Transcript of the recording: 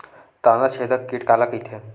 तनाछेदक कीट काला कइथे?